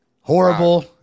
horrible